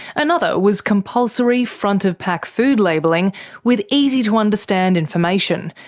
another was compulsory front-of-pack food labelling with easy to understand information,